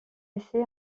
essai